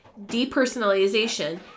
depersonalization